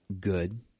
good